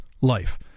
life